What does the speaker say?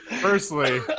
firstly